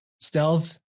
stealth